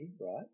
right